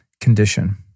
condition